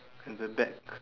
and the back